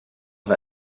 war